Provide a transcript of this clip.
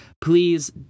please